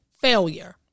failure